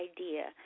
idea